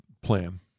plan